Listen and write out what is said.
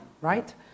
right